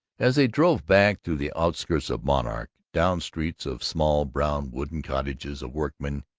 as they drove back through the outskirts of monarch, down streets of small brown wooden cottages of workmen,